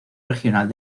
regional